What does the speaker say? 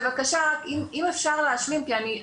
בבקשה, אם אפשר להשלים, כי אני,